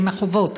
אלה החובות.